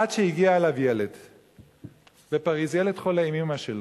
עד שהגיע אליו ילד בפריס, ילד חולה עם אמא שלו,